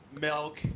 Milk